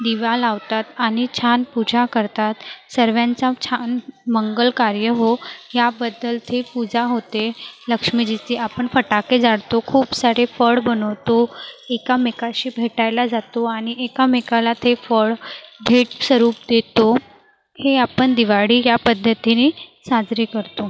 दिवा लावतात आणि छान पूजा करतात सर्वांचा छान मंगल कार्य हो याबद्दल तेथे पूजा होते लक्ष्मीजीची आपण फटाके जाळतो खूप सारे फळ बनवतो एकामेकाशी भेटायला जातो आणि एकामेकाला ते फळ भेटस्वरूप देतो हे आपण दिवाळी या पद्धतीनी साजरी करतो